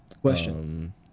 Question